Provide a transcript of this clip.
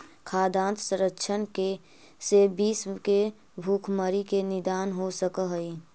खाद्यान्न संरक्षण से विश्व के भुखमरी के निदान हो सकऽ हइ